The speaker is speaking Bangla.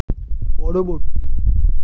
পরবর্তী